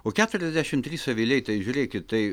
o keturiasdešimt trys aviliai tai žiūrėkit tai